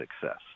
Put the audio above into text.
success